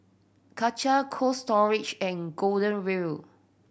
Karcher Cold Storage and Golden Wheel